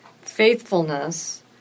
faithfulness